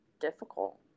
difficult